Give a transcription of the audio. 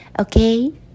Okay